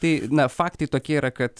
tai na faktai tokie yra kad